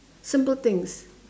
simple things